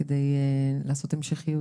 כדי לעשות המשכיות.